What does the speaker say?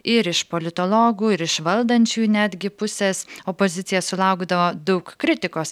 ir iš politologų ir iš valdančiųjų netgi pusės opozicija sulaukdavo daug kritikos